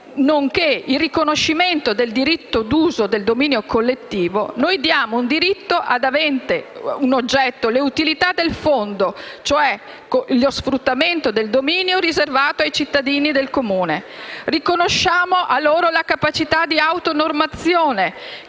con il riconoscimento del diritto d'uso del dominio collettivo, noi diamo un diritto avente a oggetto l'utilità del fondo, e cioè lo sfruttamento del dominio riservato ai cittadini del Comune. Riconosciamo loro la capacità di autonormazione,